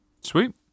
Sweet